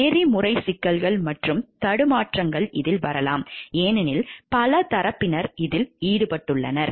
நெறிமுறை சிக்கல்கள் மற்றும் தடுமாற்றங்கள் வரலாம் ஏனெனில் பல தரப்பினர் இதில் ஈடுபட்டுள்ளனர்